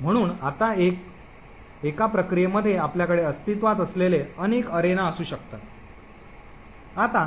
म्हणून आता एका प्रक्रियेमध्ये आपल्याकडे अस्तित्त्वात असलेले अनेक अरेना असू शकतात आता